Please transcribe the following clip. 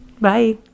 Bye